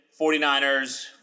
49ers